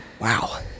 Wow